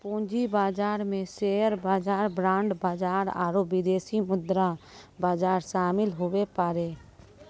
पूंजी बाजार मे शेयर बाजार बांड बाजार आरू विदेशी मुद्रा बाजार शामिल हुवै पारै